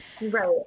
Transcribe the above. right